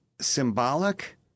symbolic